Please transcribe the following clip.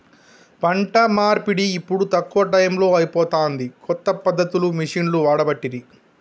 పంట నూర్పిడి ఇప్పుడు తక్కువ టైములో అయిపోతాంది, కొత్త పద్ధతులు మిషిండ్లు వాడబట్టిరి